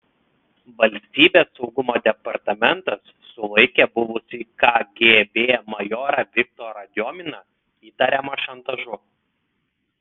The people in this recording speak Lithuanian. valstybės saugumo departamentas sulaikė buvusį kgb majorą viktorą diominą įtariamą šantažu